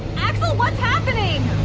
axel, what's happening!